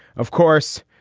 of course.